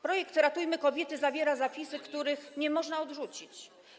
Projekt „Ratujmy kobiety” zawiera zapisy, których nie można odrzucić.